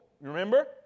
Remember